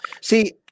See